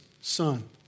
son